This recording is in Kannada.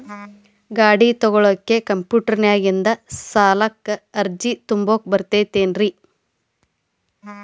ಗಾಡಿ ತೊಗೋಳಿಕ್ಕೆ ಕಂಪ್ಯೂಟೆರ್ನ್ಯಾಗಿಂದ ಸಾಲಕ್ಕ್ ಅರ್ಜಿ ತುಂಬಾಕ ಬರತೈತೇನ್ರೇ?